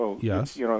yes